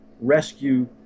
rescue